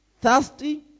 thirsty